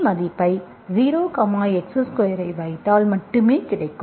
C மதிப்பை 0 x2 ஐ வைத்தால் மட்டுமே கிடைக்கும்